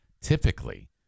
typically